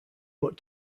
but